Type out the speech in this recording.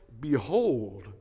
Behold